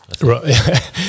Right